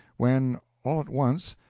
when, all at once,